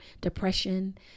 depression